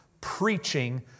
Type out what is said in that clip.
preaching